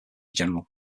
general